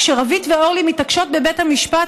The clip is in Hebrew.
כשרווית ואורלי מתעקשות בבית המשפט,